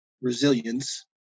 resilience